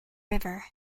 river